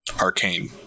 arcane